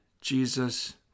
Jesus